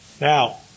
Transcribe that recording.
Now